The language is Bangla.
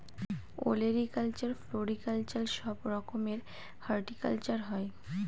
ওলেরিকালচার, ফ্লোরিকালচার সব রকমের হর্টিকালচার হয়